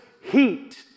heat